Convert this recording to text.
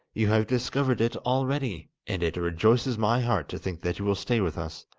you have discovered it already, and it rejoices my heart to think that you will stay with us.